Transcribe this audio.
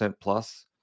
plus